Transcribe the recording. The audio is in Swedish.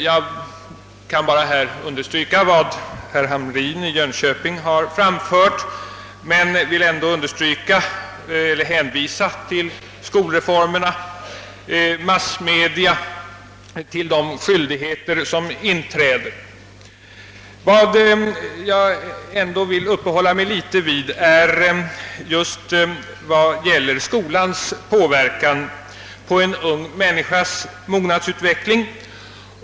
Jag vill understryka vad herr Hamrin i Jönköping framförde. Även jag vill hänvisa till skolreformerna, påverkan från massmedia och de skyldigheter som tidigt inträder för ungdomarna. Jag skall emellertid uppehålla mig något just vid skolans påverkan på en ung människas mognadsutveckling.